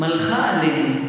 " "מלכה עלינו.